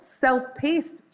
self-paced